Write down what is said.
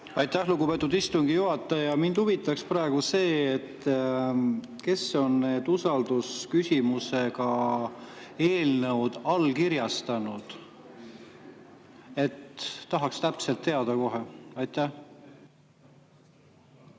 Aitäh, lugupeetud istungi juhataja! Mind huvitaks praegu see, kes on need usaldusküsimusega eelnõud allkirjastanud. Tahaks kohe täpselt teada. Aitäh,